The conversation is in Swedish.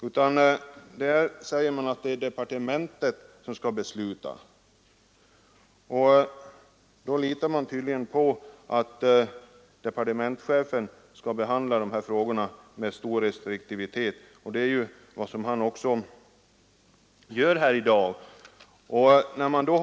Därvidlag säger man att det är departementet som skall besluta. Utskottsmajoriteten litar tydligen på departementschefen och att han skall behandla dessa frågor med stor restriktivitet, vilket han också — tydligt här i dag — sagt sig ämna göra.